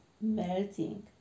melting